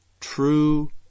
true